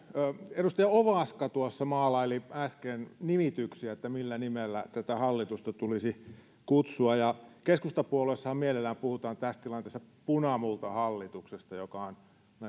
edustaja ovaska tuossa maalaili äsken nimityksiä että millä nimellä tätä hallitusta tulisi kutsua keskustapuolueessahan mielellään puhutaan tässä tilanteessa punamultahallituksesta joka on